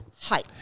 Hi